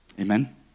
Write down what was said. Amen